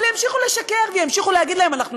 אבל ימשיכו לשקר וימשיכו להגיד להם: אנחנו